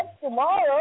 tomorrow